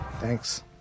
Thanks